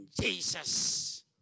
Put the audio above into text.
Jesus